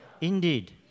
indeed